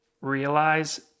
realize